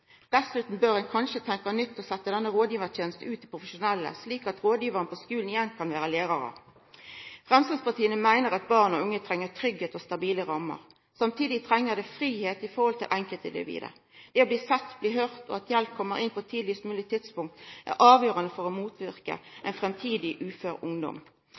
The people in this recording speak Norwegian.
Dessutan bør ein kanskje tenkja nytt og setja denne rådgivingstenesta ut til profesjonelle, slik at rådgivarane på skulane igjen kan vera lærarar. Framstegspartiet meiner at barn og unge treng trygghet og stabile rammer, men samtidig treng dei fridom når det kjem til enkeltindividet. Det å bli sett, bli høyrt og at hjelp kjem inn på eit tidlegast mogleg tidspunkt, er avgjerande for å motverka ein framtidig ufør ungdom.